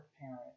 parent